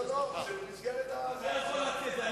לא, זה במסגרת, אתה יכול להציע את זה.